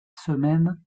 semaine